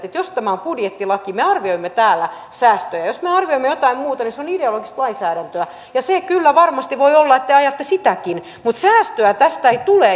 että jos tämä on budjettilaki niin me arvioimme täällä säästöjä ja jos me arvioimme jotain muuta niin se on ideologista lainsäädäntöä ja voi olla että te ajatte sitäkin mutta säästöä tästä ei tule